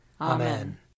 Amen